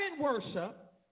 worship